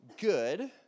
good